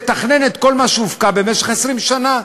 לתכנן את כל מה שהופקע במשך 20 שנה.